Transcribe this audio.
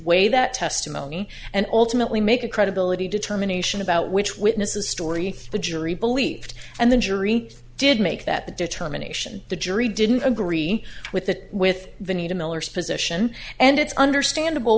weigh that testimony and ultimately make a credibility determination about which witnesses story the jury believed and the jury did make that determination the jury didn't agree with that with the need to miller's position and it's understandable